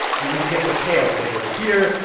and when he gets a payout later this year,